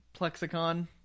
Plexicon